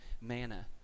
Manna